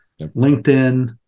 LinkedIn